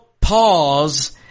pause